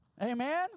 Amen